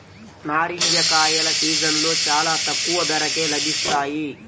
నారింజ కాయల సీజన్లో చాలా తక్కువ ధరకే లభిస్తాయి